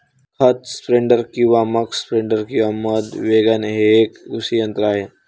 खत स्प्रेडर किंवा muck spreader किंवा मध वॅगन हे एक कृषी यंत्र आहे